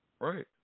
right